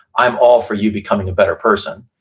i'm all for you becoming a better person,